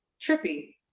trippy